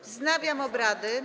Wznawiam obrady.